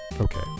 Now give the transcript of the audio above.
Okay